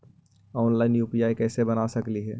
Online UPI कैसे बना सकली ही?